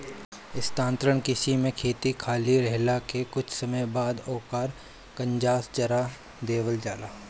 स्थानांतरण कृषि में खेत खाली रहले के कुछ समय बाद ओकर कंजास जरा देवल जाला